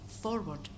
forward